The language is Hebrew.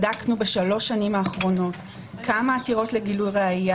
בדקנו בשלוש השנים האחרונות כמה עתירות לגילוי ראיה